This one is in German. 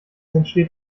entsteht